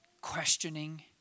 questioning